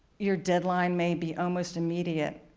your deadline may be almost immediate.